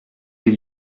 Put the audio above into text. les